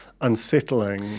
unsettling